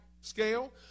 scale